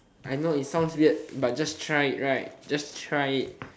I know it sounds weird but just try it right just try it